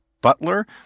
butler